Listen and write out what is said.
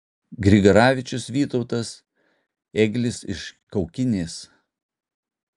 grigaravičius vytautas ėglis iš kaukinės